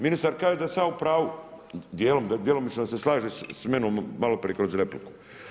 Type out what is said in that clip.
Ministar kaže da sam ja u pravu, djelomično se slaže s menom maloprije kroz repliku.